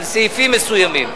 על סעיפים מסוימים.